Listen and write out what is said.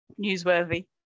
newsworthy